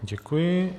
Děkuji.